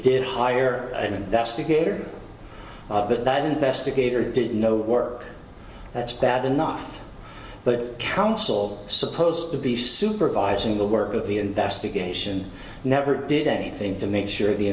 did hire an investigator but that investigator did no work that's bad enough but counsel supposed to be supervising the work of the investigation never did anything to make sure the